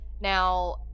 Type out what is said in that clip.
Now